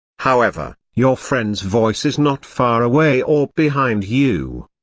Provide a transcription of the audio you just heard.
however, your friend's voice is not far away or behind you.